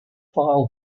file